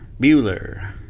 Bueller